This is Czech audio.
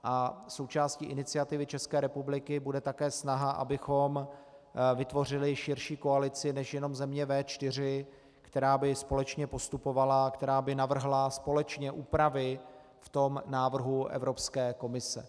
A součástí iniciativy České republiky bude také snaha, abychom vytvořili širší koalici než jenom zemí V4, která by společně postupovala a která by navrhla společně úpravy v návrhu Evropské komise.